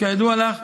כידוע לך,